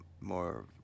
more